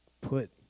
put